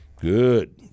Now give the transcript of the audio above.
Good